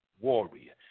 warrior